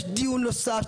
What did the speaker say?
יש דיון נוסף,